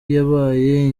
yabaye